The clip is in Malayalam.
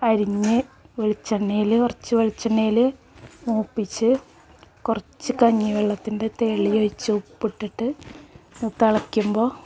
അരിഞ്ഞ് വെളിച്ചെണ്ണയിൽ കുറച്ച് വെളിച്ചെണ്ണയിൽ മൂപ്പിച്ച് കുറച്ച് കഞ്ഞിവെള്ളത്തിൻ്റെ തെളിയൊഴിച്ച് ഉപ്പിട്ടിട്ട് തിളയ്ക്കുമ്പോൾ